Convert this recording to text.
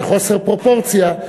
בחוסר פרופורציה,